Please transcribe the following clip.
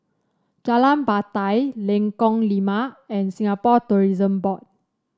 Jalan Batai Lengkong Lima and Singapore Tourism Board